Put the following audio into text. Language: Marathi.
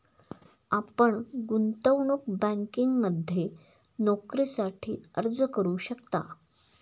आपण गुंतवणूक बँकिंगमध्ये नोकरीसाठी अर्ज करू शकता